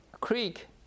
creek